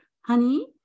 honey